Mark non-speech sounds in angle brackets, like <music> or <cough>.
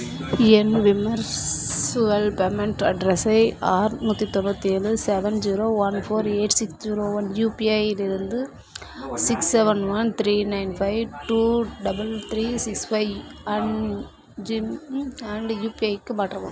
என் virtual payment அட்ரஸை ஆறுநூற்றி தொண்ணூற்றி ஏழு seven zero one four eight six zero one யுபிஐலிருந்து six seven one three nine five two double three six five and <unintelligible> and யுபிஐக்கி மாற்றவும்